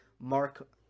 Mark